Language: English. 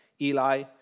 Eli